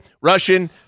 Russian